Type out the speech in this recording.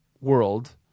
world